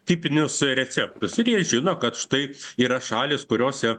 tipinius receptus ir jie žino kad štai yra šalys kuriose